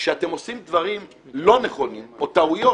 כשאתם עושים דברים לא נכונים או טעויות,